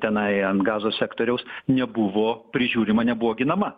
tenai ant gazos sektoriaus nebuvo prižiūrima nebuvo ginama